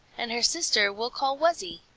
and her sister we'll call wuzzy,